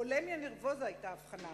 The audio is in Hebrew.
בולמיה-נרבוזה היתה האבחנה.